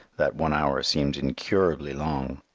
that one hour seems incurably long.